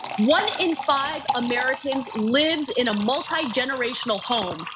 one in five americans lives in a multi-generational home,